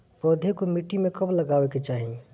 पौधे को मिट्टी में कब लगावे के चाही?